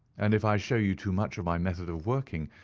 and if i show you too much of my method of working,